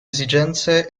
esigenze